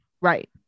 Right